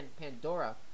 Pandora